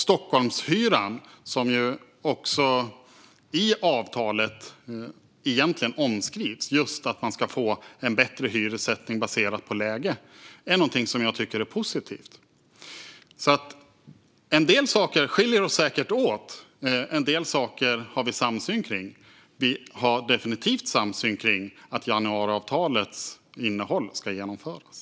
Stockholmshyran, som omskrivs i avtalet, innebär att man ska få en bättre hyressättning baserat på läge. Det är någonting som jag tycker är positivt. En del saker skiljer oss säkert åt, och en del saker har vi samsyn kring. Vi har definitivt samsyn kring att januariavtalets innehåll ska genomföras.